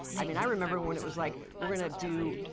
i mean i remember when it was like, we're gonna do,